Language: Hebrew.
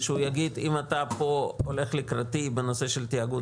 שהוא יגיד: אם אתה פה הולך לקראתי בנושא של תיאגוד